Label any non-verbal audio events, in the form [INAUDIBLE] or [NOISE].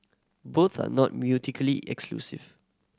both are not [UNINTELLIGIBLE] exclusive